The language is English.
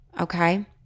okay